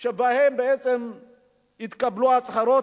שבו בעצם התקבלו הצהרות,